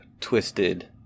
twisted